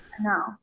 No